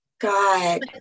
god